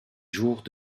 jours